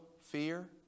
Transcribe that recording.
fear